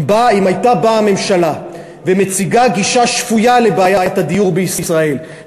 אם הייתה באה הממשלה ומציגה גישה שפויה כלפי בעיית הדיור בישראל,